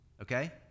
okay